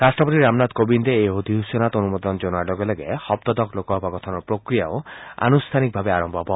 ৰাষ্টপতি ৰামনাথ কোবিন্দে এই অধিসূচনাত অনুমোদন জনোৱাৰ লগে লগে সপ্তদশ লোকসভা গঠনৰ প্ৰক্ৰিয়া আনুষ্ঠানিকভাৱে আৰম্ভ হ'ব